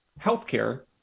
healthcare